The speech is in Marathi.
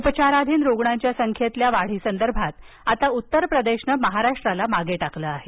उपचाराधीन रुग्णांच्या संख्येतील वाढीसंदर्भात आता उत्तरप्रदेशानं महाराष्ट्राला मागे टाकलं आहे